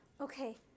Okay